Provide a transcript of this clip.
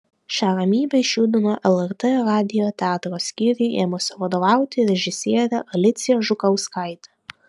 šią ramybę išjudino lrt radijo teatro skyriui ėmusi vadovauti režisierė alicija žukauskaitė